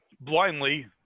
blindly